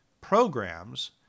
programs